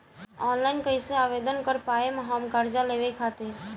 Online कइसे आवेदन कर पाएम हम कर्जा लेवे खातिर?